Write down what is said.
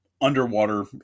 underwater